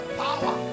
power